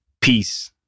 peace